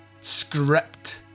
script